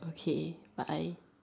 okay bye